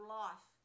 life